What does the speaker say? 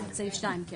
סעיף 2, כן.